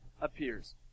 appears